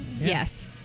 yes